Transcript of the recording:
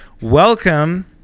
welcome